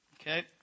Okay